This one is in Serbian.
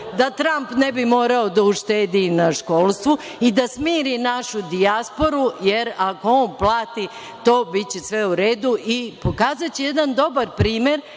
da Tramp ne bi morao da uštedi na školstvu i da smiri našu dijasporu, jer ako on plati to biće sve u redu i pokazaće jedan dobar primer